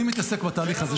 אני מתעסק בתהליך הזה 12 שנה.